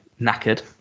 knackered